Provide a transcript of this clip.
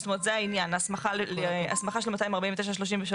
זה העניין, ההסמכה של 249(33)